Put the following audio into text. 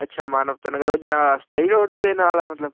ਅੱਛਾ ਮਾਨਵਤਾ ਨਗਰ ਉਹ ਜਿਹੜਾ ਸਟਾਈਲ ਹੋਟਲ ਦੇ ਨਾਲ ਆ ਮਤਲਵ